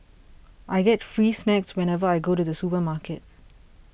I get free snacks whenever I go to the supermarket